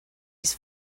his